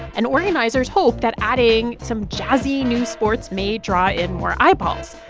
and organizers hope that adding some jazzy new sports may draw in more eyeballs.